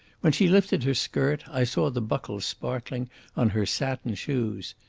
when she lifted her skirt i saw the buckles sparkling on her satin shoes.